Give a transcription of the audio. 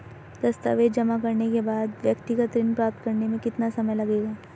दस्तावेज़ जमा करने के बाद व्यक्तिगत ऋण प्राप्त करने में कितना समय लगेगा?